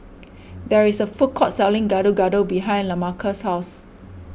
there is a food court selling Gado Gado behind Lamarcus' house